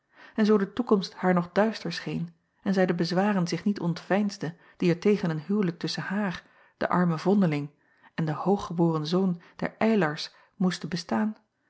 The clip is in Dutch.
en zoo de toekomst haar nog duister scheen en zij de bezwaren zich niet ontveinsde die er tegen een huwelijk tusschen haar de arme vondeling en den hooggeboren zoon der ylars moesten bestaan